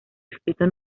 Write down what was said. escrito